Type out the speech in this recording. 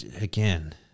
again